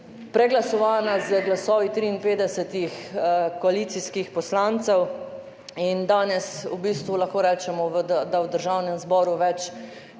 preglasovana z glasovi 53 koalicijskih poslancev. In danes v bistvu lahko rečemo, da v Državnem zboru več